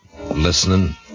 listening